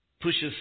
pushes